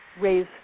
raise